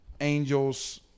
Angels